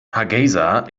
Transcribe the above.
hargeysa